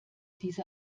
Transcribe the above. diese